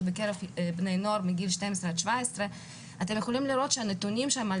ובקרב בני נוער מגיל 12-17. אתם יכולים לראות שהנתונים שם על